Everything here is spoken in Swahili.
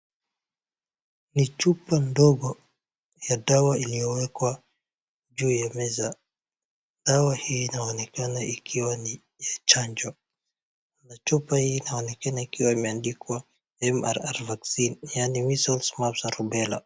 Ni chupa ndogo ya dawa iliyowekwa juu ya meza, dawa hii inaonekana ikiwa ni ya chanjo, chupa hii inaonekana ikiwa imeandikwa MMR vaccine yaani Measles, Mumps Rubella.